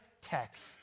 text